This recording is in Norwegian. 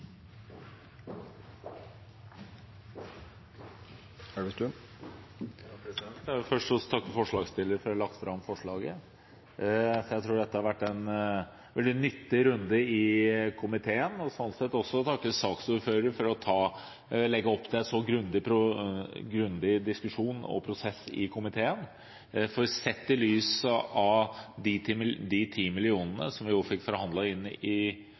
Jeg vil først takke forslagsstilleren for å ha lagt fram forslaget. Jeg tror dette har vært en veldig nyttig runde i komiteen. Jeg vil også takke saksordføreren for å ha lagt opp til en så grundig diskusjon og prosess i komiteen. Sett i lys av de 10 millionene som vi fikk forhandlet inn i